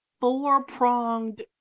four-pronged